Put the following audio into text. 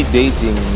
dating